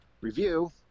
review